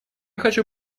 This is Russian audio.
хочу